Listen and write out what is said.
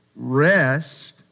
rest